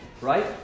right